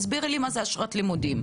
תסבירי לי מה זה אשרת לימודים?